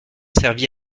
servis